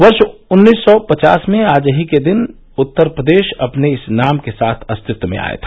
वर्ष उन्नीस सौं पचास में आज ही के दिन उत्तर प्रदेश अपने इस नाम के साथ अस्तित्व में आया था